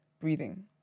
breathing